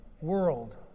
world